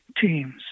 teams